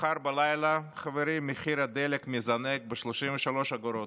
מחר בלילה, חברים, מחיר הדלק מזנק ב-33 אגורות,